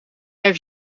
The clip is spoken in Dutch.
heeft